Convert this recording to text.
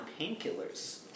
painkillers